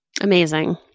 Amazing